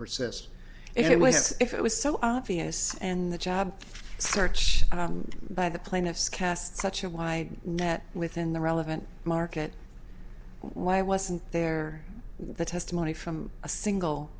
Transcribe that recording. persist anyways if it was so obvious and the job search by the plaintiff's casts such a wide net within the relevant market why wasn't there testimony from a single